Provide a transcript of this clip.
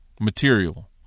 material